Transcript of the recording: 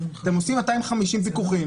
אתם עושים 250 פיקוחים,